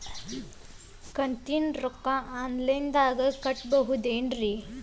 ಕಂತಿನ ರೊಕ್ಕನ ಆನ್ಲೈನ್ ದಾಗ ಕಟ್ಟಬಹುದೇನ್ರಿ?